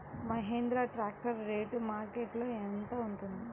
Mahindra tractor rate మార్కెట్లో యెంత ఉంటుంది?